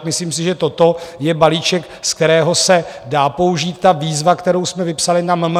Myslím si, že toto je balíček, ze kterého se dá použít ta výzva, kterou jsme vypsali na MMR.